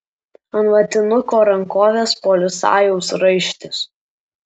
ant vatinuko rankovės policajaus raištis